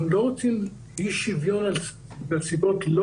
אנחנו לא רוצים אי שוויון בגלל סיבות לא